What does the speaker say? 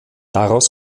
daraus